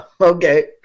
Okay